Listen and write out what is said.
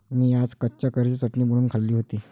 मी आज कच्च्या कैरीची चटणी बनवून खाल्ली होती